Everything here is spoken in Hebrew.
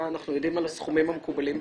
אנחנו יודעים מה הסכומים המקובלים בשוק?